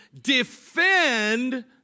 defend